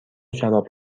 شراب